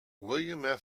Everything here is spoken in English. william